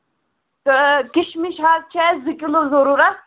تہٕ کِشمِش حظ چھِ اَسہِ زٕ کِلوٗ ضٔروٗرت